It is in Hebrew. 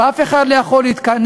ואף אחד לא יכול להתכחש,